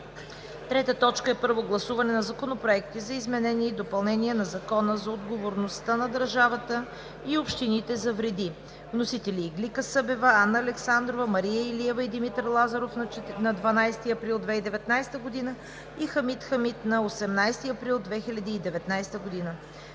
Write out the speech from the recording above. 2019 г. 3. Първо гласуване на законопроекти за изменение и допълнение на Закона за отговорността на държавата и общините за вреди. Вносители: Иглика Събева, Анна Александрова, Мария Илиева и Димитър Лазаров на 12 април 2019 г. и Хамид Хамид на 18 април 2019 г.